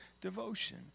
devotion